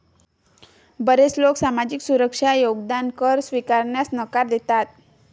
बरेच लोक सामाजिक सुरक्षा योगदान कर स्वीकारण्यास नकार देतात